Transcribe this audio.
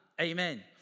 Amen